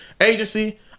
agency